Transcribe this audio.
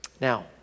Now